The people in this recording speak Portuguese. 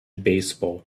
beisebol